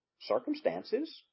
circumstances